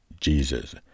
Jesus